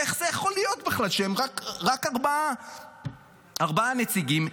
איך זה יכול להיות בכלל שהם רק ארבעה נציגים,